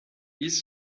ils